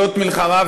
זאת מלחמה,